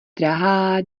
drahá